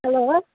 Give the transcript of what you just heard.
hello